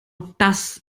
das